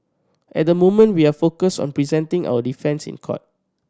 at the moment we are focused on presenting our defence in court